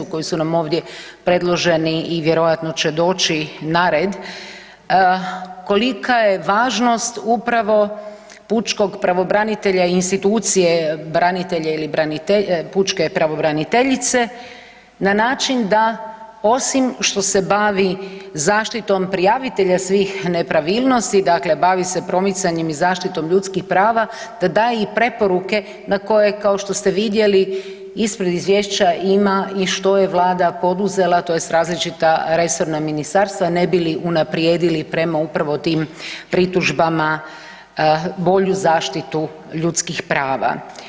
Koji su nam ovdje predloženi i vjerojatno će doći na red, kolika je važnost upravo pučkog pravobranitelja i institucije branitelja ili pučke braniteljice na način da osim što se bavi zaštitom prijavitelja svih nepravilnosti, dakle bavi se promicanjem i zaštitom ljudskih prava daje i preporuke na koje kao što ste vidjeli ispred izvješća ima i što je Vlada poduzela tj. različita resorna ministarstva ne bi li unaprijedili prema upravo tim pritužbama bolju zaštitu ljudskih prava.